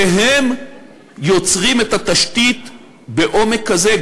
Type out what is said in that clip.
והם יוצרים את התשתית בעומק הזה,